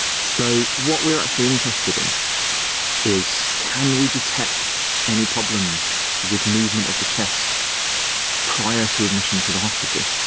so what we are actually interested in is can we detect any problems with movement of the chest prior to admission to the hospital.